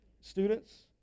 Students